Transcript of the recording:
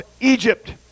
Egypt